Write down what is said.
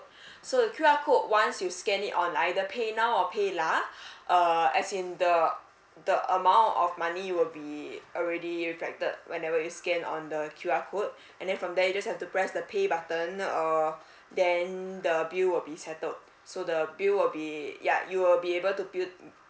so the Q_R code once you scan it on either paynow or paylah uh as in the the amount of money will be already reflected whenever you scan on the Q_R code and then from there you just have to press the pay button uh then the bill will be settled so the bill will be ya you will be able to bill